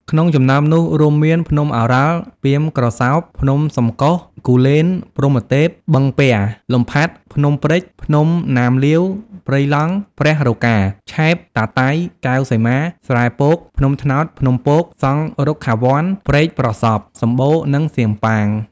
ក្នុងចំណោមនោះរួមមាន ភ្នំឱរ៉ាល់ ពាមក្រសោប ភ្នំសំកុស គូលែន-ព្រហ្មទេព បឹងពែរ លំផាត់ ភ្នំព្រេច ភ្នំណាមលៀវ ព្រៃឡង់ ព្រះរកា ឆែប តាតៃ កែវសីមា ស្រែពក ភ្នំត្នោតភ្នំពក សង្ឃរុក្ខាវ័ន ព្រែកប្រសព្វ សំបូរ និងសៀមប៉ាង។